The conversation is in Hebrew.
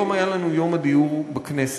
היום היה לנו יום הדיור הכנסת,